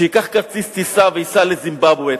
שייקח כרטיס טיסה וייסע לזימבבווה.